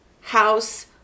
House